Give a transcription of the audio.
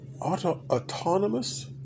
autonomous